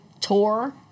tour